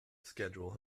schedule